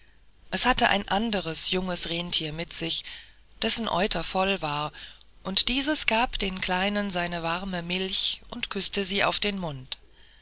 es hatte ein anderes junges renntier mit sich dessen euter voll war und dieses gab den kleinen seine warme milch und küßte sie auf den mund